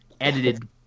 edited